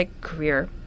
career